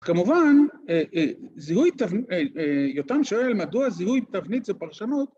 ‫כמובן, יותם שואל, ‫מדוע זיהוי תבנית זה פרשנות?